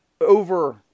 over